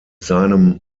seinem